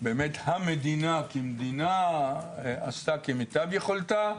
המדינה כמדינה עשתה כמיטב יכולתה.